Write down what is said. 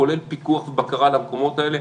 כולל פיקוח ובקרה למקומות האלה.